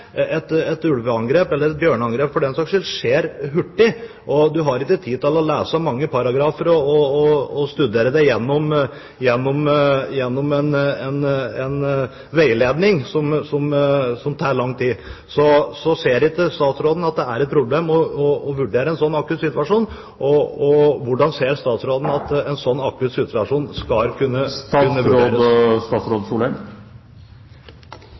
Et ulveangrep, eller bjørenangrep for den saks skyld, skjer hurtig, og du har ikke tid til å lese mange paragrafer og studere deg gjennom en veiledning som tar lang tid. Ser ikke statsråden at det er et problem å vurdere en slik akutt situasjon, og hvordan ser statsråden at en akutt situasjon skal kunne